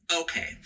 okay